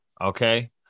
okay